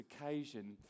occasion